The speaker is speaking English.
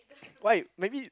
why maybe